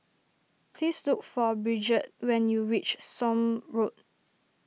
please look for Bridgett when you reach Somme Road